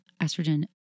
estrogen